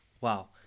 wow